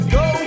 go